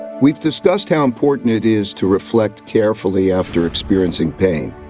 we've discussed how important it is to reflect carefully after experiencing pain.